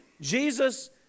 Jesus